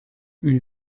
une